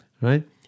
Right